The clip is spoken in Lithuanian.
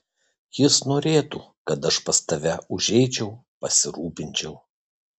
jis norėtų kad aš pas tave užeičiau pasirūpinčiau